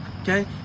okay